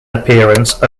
appearance